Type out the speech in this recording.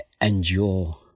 endure